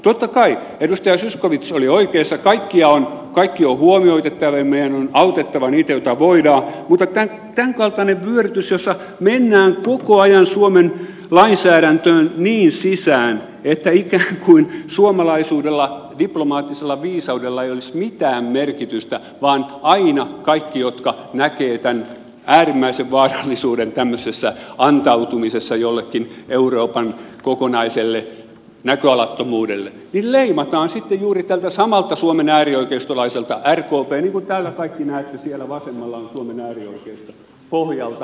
totta kai edustaja zyskowicz oli oikeassa kaikki on huomioitava täällä ja meidän on autettava niitä joita voidaan mutta tämänkaltainen vyörytys jossa mennään koko ajan suomen lainsäädäntöön niin sisään että ikään kuin suomalaisuudella diplomaattisella viisaudella ei olisi mitään merkitystä vaan aina kaikki jotka näkevät tämän äärimmäisen vaarallisuuden tämmöisessä antautumisessa jollekin euroopan kokonaiselle näköalattomuudelle leimataan sitten juuri tältä samalta suomen äärioikeistolaiselta rkpn niin kuin täällä kaikki näette siellä vasemmalla on suomen äärioikeisto pohjalta